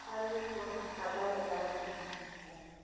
अरे बहुत ज़्यादा बता रही हैं भाड़ा